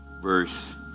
verse